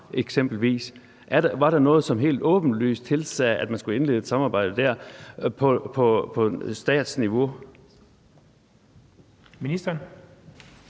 Var der noget, som helt åbenlyst tilsagde, at man skulle indlede et samarbejde der på statsniveau? Kl.